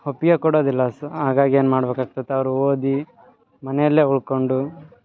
ಹಪ್ಪಿಯ ಕೊಡೋದಿಲ್ಲ ಅಸು ಹಾಗಾಗಿ ಏನ್ಮಾಡ್ಬೇಕು ಆಗ್ತೈತೆ ಅವ್ರು ಓದಿ ಮನೆಯಲ್ಲೇ ಉಳ್ಕೊಂಡು